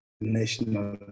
national